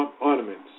ornaments